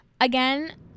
Again